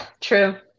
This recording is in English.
True